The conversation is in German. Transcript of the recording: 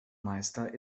meister